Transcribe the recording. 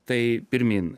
tai pirmyn